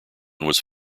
was